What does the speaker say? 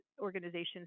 organizations